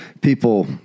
People